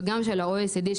וגם של ה-OECD,